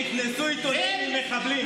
נכנסו עיתונאים עם מחבלים.